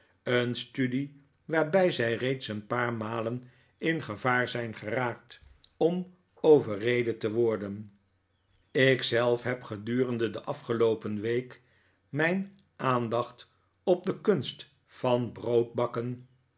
een studie waarbij zij reeds een paar maie'n in gevaar zijn geraafet om overreden te worden ik zelf heb gedurende de afgelooden week mijn aandacht op de kunst van